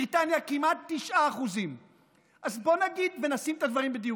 בריטניה כמעט 9%. אז בואו נשים את הדברים על דיוקם.